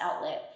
outlet